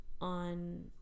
on